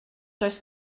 does